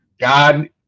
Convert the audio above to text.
God